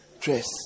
dress